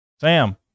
Sam